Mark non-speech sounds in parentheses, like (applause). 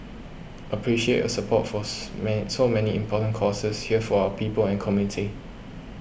appreciate your support for (unintelligible) so many important causes here for our people and community